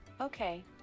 Okay